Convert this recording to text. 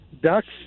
ducks